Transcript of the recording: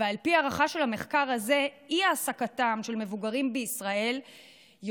ועל פי הערכה של המחקר הזה אי-העסקתם של מבוגרים בישראל יוצרת